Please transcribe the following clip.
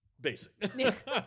Basic